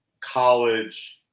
college